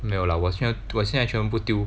没有啦我现在我现在全部丢